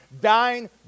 dying